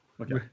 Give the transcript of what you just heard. okay